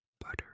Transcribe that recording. butter